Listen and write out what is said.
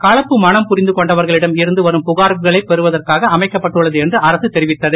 கலப்பு மணம் புரிந்து கொண்டவர்களிடம் இருந்து வரும் புகார்களை பெறுவதற்காக அமைக்கப்பட்டுன்ளது என்று அரசு தெரிவித்தது